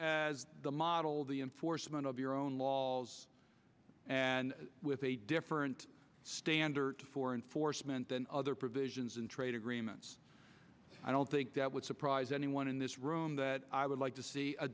using the model the enforcement of your own laws and with a different standard for enforcement than other provisions in trade agreements i don't think that would surprise anyone in this room that i would like to see a